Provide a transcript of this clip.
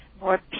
more